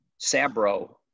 Sabro